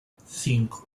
cinco